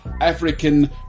African